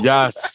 Yes